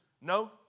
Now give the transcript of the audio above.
no